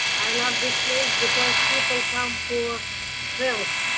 i love this place because people come for health.